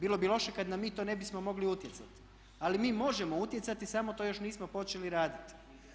Bilo bi loše kada mi na to ne bismo mogli utjecati, ali mi možemo utjecati samo to još nismo počeli raditi.